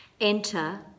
Enter